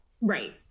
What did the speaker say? Right